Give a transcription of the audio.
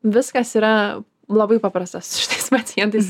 viskas yra labai paprasta su šitais pacientais